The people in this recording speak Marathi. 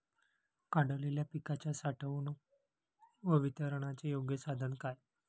काढलेल्या पिकाच्या साठवणूक व वितरणाचे योग्य साधन काय?